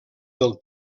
del